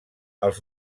els